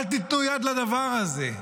אל תיתנו יד לדבר הזה.